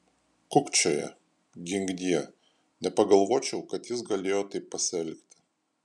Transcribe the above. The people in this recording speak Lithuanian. kukčioja ginkdie nepagalvočiau kad jis galėjo taip pasielgti